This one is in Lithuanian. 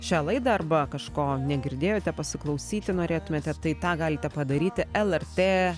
šią laidą arba kažko negirdėjote pasiklausyti norėtumėte tai tą galite padaryti lrt